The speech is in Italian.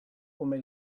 come